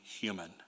human